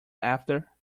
after